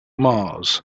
mars